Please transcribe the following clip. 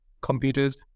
computers